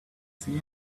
see